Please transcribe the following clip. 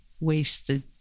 wasted